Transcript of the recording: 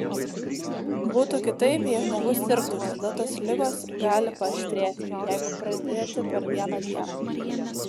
būtų kitaip jei žmogus sirgtų tada tos ligos gali paaštrėti jeigu pradėti per vieną dieną